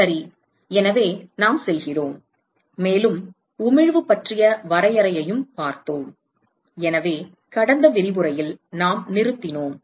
சரி எனவே நாம் செல்கிறோம் மேலும் உமிழ்வு பற்றிய வரையறையையும் பார்த்தோம் எனவே கடந்த விரிவுரையில் நாம் நிறுத்தினோம்